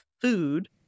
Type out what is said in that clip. food